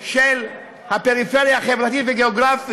של הפריפריה החברתית והגיאוגרפית,